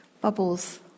Bubbles